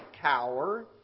cower